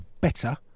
better